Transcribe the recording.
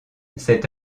cet